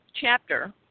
chapter